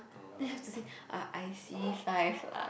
then I have to say ah I c-five lah